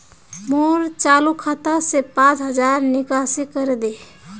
मोर चालु खाता से पांच हज़ारर निकासी करे दे